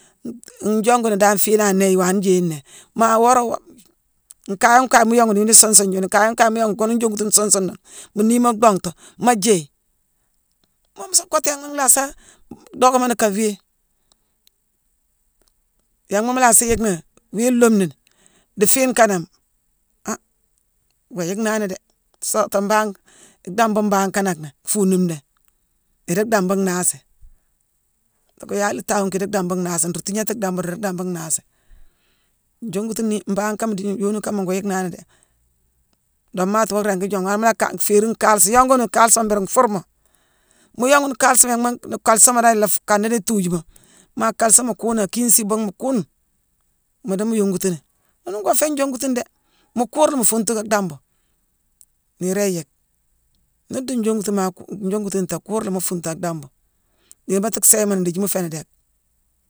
Njonguni dan fii nangh nnéé iwaane jééye nnéé. Maa wora- wora- nkayo- nkaye mu yongini yuuni isuun sune juune, nkayo- nkaye mu yonguni kune njongutu nune nsuun sune, mu nniima dongtu, maa jééye. Moo mu sa kottu yanghma nlhaasa dockmoni nka wii. Yanghma mu laasi yick nini, wii loome nini, dii fiine kaaname an goo yick nani déé. Soota mbangh, yéé dambu mbangh kanack nnéé, fuuni nnéé, idii dambu nhaansi. Docka yaala thaawuung ki idii dambu nhaansi. Nruu tiignééti dambu nruu dii dambu nnhaasi. Njongutuni-mbangh kama dii yoonu kama ngoo yick nani déé. Doomaatima woo ringi jongu han mu la kan-féérine kaasi, yonguni kaaséma mbuuru nfuur moo. Muu yonguni kaasama yanghma-dii-kaalesongma dan laa fu-kandini tuujuuma. Maa kaalesongma kuunangh aa kiisi ibuuma kuune, mu dii mu yongutini, ghune ngoo féé njongutu nune déé. Mu kuur la mu fuuntu ak dambu, niirane yick. Nu dii njongutu, maa kuu-njongutu nthéé. Kuur la mu fuuntu ak dambu. Niirma tuu sééyémoni ndiithi mu fééni déck.